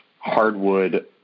hardwood